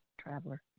traveler